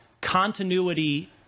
continuity